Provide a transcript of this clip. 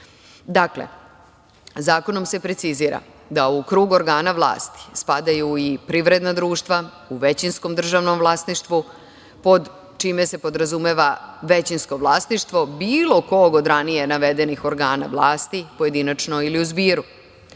zakonom se precizira da u krug organa vlasti spadaju i privredna društva, u većinskom državnom vlasništvu, pod čime se podrazumeva većinsko vlasništvo bilo kog od ranije navedenih organa vlasti, pojedinačno ili u